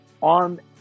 on